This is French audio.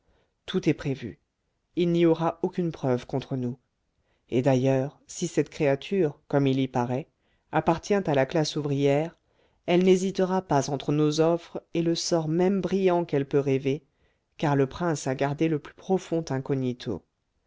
tout est prévu il n'y aura aucune preuve contre nous et d'ailleurs si cette créature comme il y paraît appartient à la classe ouvrière elle n'hésitera pas entre nos offres et le sort même brillant qu'elle peut rêver car le prince a gardé le plus profond incognito